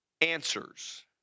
answers